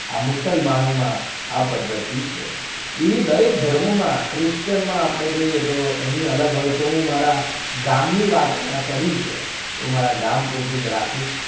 આ મુસલમાનોમાં આ પદ્ધતિ છે એવી દરેક ધર્મોમાં ક્રિશ્ચયનમાં આપણે જોઈએ તો એની અલગ હોય છે હું મારા ગામની વાત અહીંયા કરી છે તો હું મારાં ગામ પૂરતું જ રાખીશ